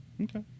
Okay